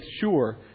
sure